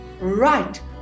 right